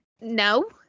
No